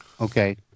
Okay